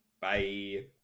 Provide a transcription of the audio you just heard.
Bye